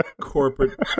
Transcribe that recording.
corporate